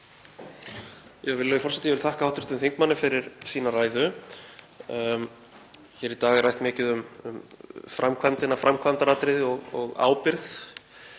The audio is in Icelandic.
Ég vil þakka hv. þingmanni fyrir sína ræðu. Hér í dag er rætt mikið um framkvæmdina, framkvæmdaratriðið og ábyrgð.